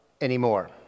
anymore